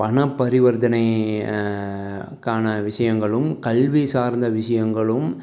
பணப்பரிவர்த்தனை காண விஷயங்களும் கல்வி சார்ந்த விஷயங்களும்